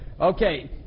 Okay